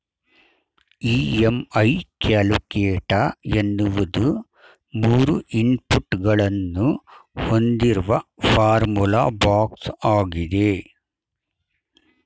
EMI calculator ಎನ್ನುವುದು ಮೂರು input ಗಳನ್ನು ಹೊಂದಿರುವ ಫಾರ್ಮುಲಾ ಬಾಕ್ಸ್ ಆಗಿದೆ